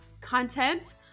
content